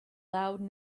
loud